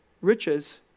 Riches